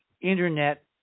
Internet